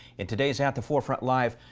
in today's at the forefront live,